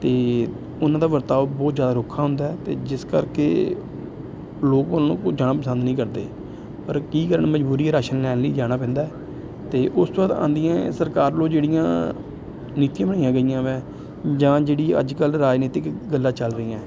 ਅਤੇ ਉਹਨਾਂ ਦਾ ਵਰਤਾਓ ਬਹੁਤ ਜ਼ਿਆਦਾ ਰੁੱਖਾ ਹੁੰਦਾ ਅਤੇ ਜਿਸ ਕਰਕੇ ਲੋਕ ਉਹਨਾਂ ਕੋਲ ਜਾਣਾ ਪਸੰਦ ਨਹੀਂ ਕਰਦੇ ਪਰ ਕੀ ਕਰਨ ਮਜਬੂਰੀ ਹੈ ਰਾਸ਼ਨ ਲੈਣ ਲਈ ਜਾਣਾ ਪੈਂਦਾ ਅਤੇ ਉਸ ਤੋਂ ਬਾਅਦ ਆਉਂਦੀਆਂ ਸਰਕਾਰ ਨੂੰ ਜਿਹੜੀਆਂ ਨੀਤੀਆਂ ਬਣਾਈਆਂ ਗਈਆਂ ਹੈ ਜਾਂ ਜਿਹੜੀ ਅੱਜ ਕੱਲ੍ਹ ਰਾਜਨੀਤਿਕ ਗੱਲਾਂ ਚੱਲ ਰਹੀਆਂ